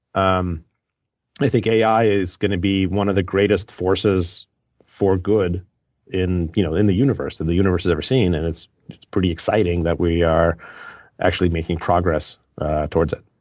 um i think ai is going to be one of the greatest forces for good in you know in the universe and that the universe has ever seen. and it's it's pretty exciting that we are actually making progress towards it.